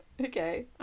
okay